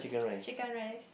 Chicken Rice